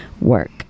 work